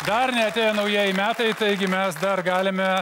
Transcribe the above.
dar neatėjo naujieji metai taigi mes dar galime